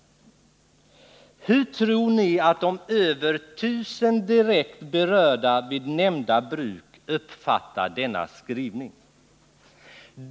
Hur tror ni att de över 1 000 direkt berörda vid nämnda bruk uppfattar denna skrivning?